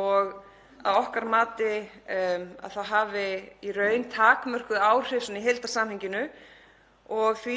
og að okkar mati hefur það í raun takmörkuð áhrif svona í heildarsamhenginu. Því